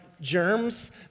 germs